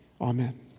Amen